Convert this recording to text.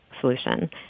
solution